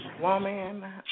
woman